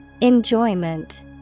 Enjoyment